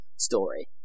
story